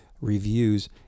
reviews